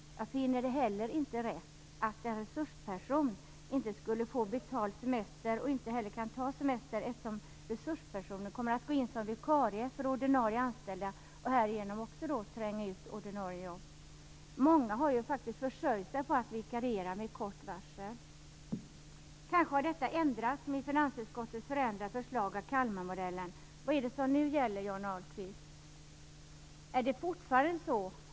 Jag finner det heller inte rätt att en resursperson inte skulle få betald semester och inte heller kan ta semester, eftersom resurspersonen kommer att gå in som vikarie för ordinarie anställda och härigenom också tränga ut ordinarie jobb. Många har ju faktiskt försörjt sig på att vikariera med kort varsel. Kanske har detta ändrats i och med finansutskottets förslag till förändring av Kalmarmodellen. Vad gäller nu, Johnny Ahlqvist?